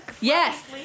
Yes